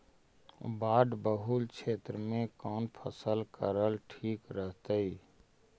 बाढ़ बहुल क्षेत्र में कौन फसल करल ठीक रहतइ?